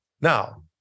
Now